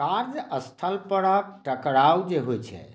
कार्यस्थल परक टकराव जे होइ छै